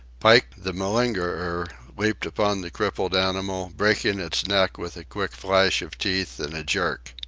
pike, the malingerer, leaped upon the crippled animal, breaking its neck with a quick flash of teeth and a jerk,